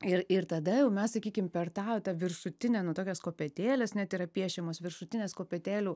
ir ir tada jau mes sakykim per tą tą viršutinę nu tokios kopėtėlės net yra piešiamos viršutinės kopėtėlių